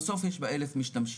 בסוף יש בה 1,000 משתמשים,